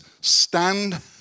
stand